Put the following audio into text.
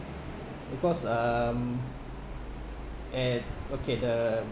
because um at okay the